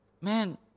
Man